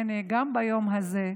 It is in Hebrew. הינה, גם ביום הזה,